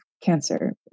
cancer